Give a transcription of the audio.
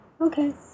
okay